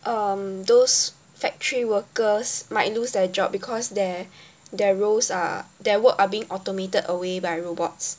um those factory workers might lose their job because they're their roles are their work are being automated away by robots